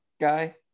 guy